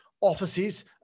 offices